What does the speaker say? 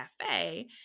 cafe